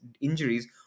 injuries